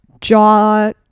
jaw